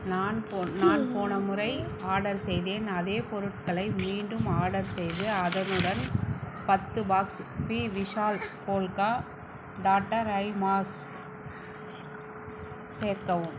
நான் நான் போன முறை ஆர்டர் செய்தேன் அதே பொருட்களை மீண்டும் ஆர்டர் செய்து அதனுடன் பத்து பாக்ஸ் பி Vishal polka dotted eye mask சேர்க்கவும்